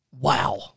wow